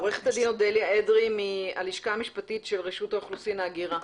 עורכת הדין אודליה אדרי מהלשכה המשפטית של רשות האוכלוסין וההגירה,